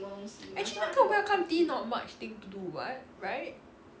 actually 那个 welcome tea not much thing to do what right